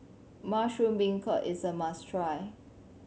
mushroom beancurd is a must try